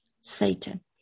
Satan